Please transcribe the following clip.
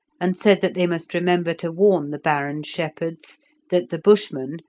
and said that they must remember to warn the baron's shepherds that the bushmen,